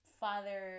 father